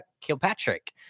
Kilpatrick